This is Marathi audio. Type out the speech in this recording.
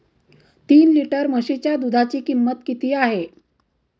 तीन लिटर म्हशीच्या दुधाची किंमत किती आहे?